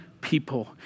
people